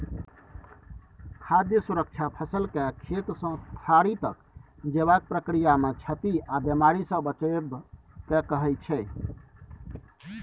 खाद्य सुरक्षा फसलकेँ खेतसँ थारी तक जेबाक प्रक्रियामे क्षति आ बेमारीसँ बचाएब केँ कहय छै